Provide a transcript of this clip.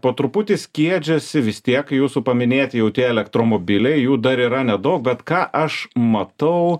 po truputį skiedžiasi vis tiek jūsų paminėti jau tie elektromobiliai jų dar yra nedaug bet ką aš matau